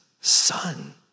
son